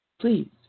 Please